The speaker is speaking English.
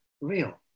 real